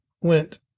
went